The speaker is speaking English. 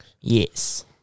Yes